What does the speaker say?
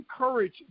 encourage